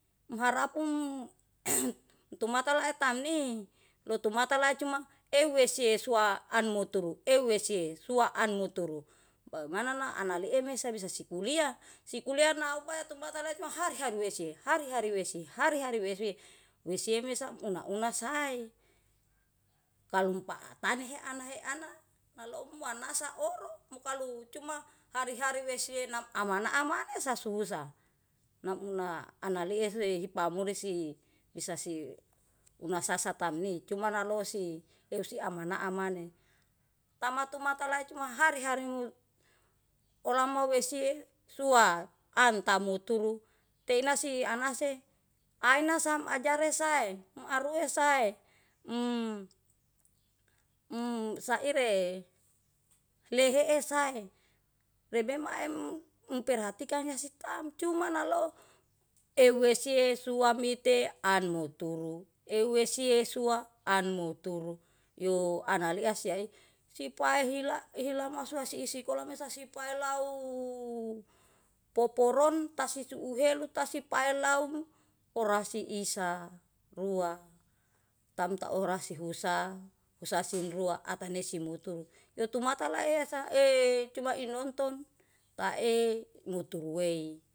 Muharapum tumata lae tamni lutumata lae cuma ewehsie sua anmutu, ewehsie sua anmutu, manana analee mesa bisa sikuliah, sikuliah nau patupata lesu hari-hari wehsie, hari-hari wehsie, hari-hari wehsie. Wesie mesa umna una-una sae, kalu paktani hea ana he ana nalom muanasa oro muka kalu cuma hari-hari wehsie nam amana amanesa susah. Naa analiese hipamuri si bisa si unasasa tamni cuma nalosi eosi amanaa amane. Tamatumata lae cuma hari-hari mu olama wehsie sua, anta muturu teinasi anahse ainasam ajaresae arue sae saire lehee sae. Rebe mae meperhatikan hasitaem cuma nalou ewehsie suamite anmuturu, ewehsie sua anmuturu. Yo alnalea see sipaehila hilama lua isikola mesa si palauuu poporon tasisu uhelu tasipal lau orah siihsa rua, tamta ora si husha, husha sin rua ata nesimurtu tutumata lae sae cuma inonton tae mutuwei.